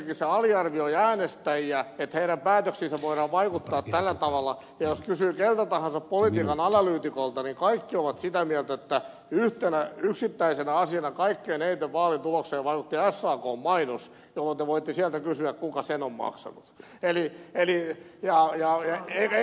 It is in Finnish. ensinnäkin se aliarvioi äänestäjiä että heidän päätöksiinsä voidaan vaikuttaa tällä tavalla ja jos kysyy keltä tahansa politiikan analyytikolta niin kaikki ovat sitä mieltä että yhtenä yksittäisenä asiana kaikkein eniten vaalitulokseen vaikutti sakn mainos jolloin te voitte sieltä kysyä kuka sen on maksanut